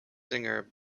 singer